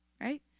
right